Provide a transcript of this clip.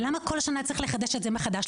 למה כל שנה צריך לחדש את זה מחדש?